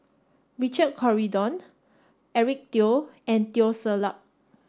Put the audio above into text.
Richard Corridon Eric Teo and Teo Ser Luck